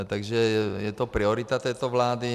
Takže je to priorita této vlády.